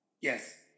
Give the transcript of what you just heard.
Yes